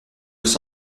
les